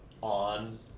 on